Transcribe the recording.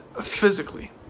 physically